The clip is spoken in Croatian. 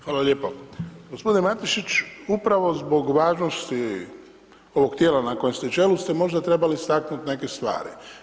Hvala lijepo, gospodine Matešić upravo zbog važnosti ovog tijela na kojem ste čelu ste možda trebali istaknuti neke stvari.